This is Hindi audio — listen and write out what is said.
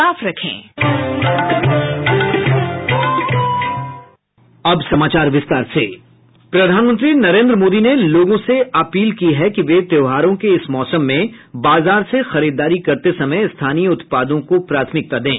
साउंड बाईट प्रधानमंत्री नरेन्द्र मोदी ने लोगों से अपील की है कि वे त्यौहारों के इस मौसम में बाजार से खरीददारी करते समय स्थानीय उत्पादों को प्राथमिकता दें